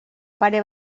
pare